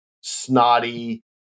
snotty